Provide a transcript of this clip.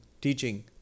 teaching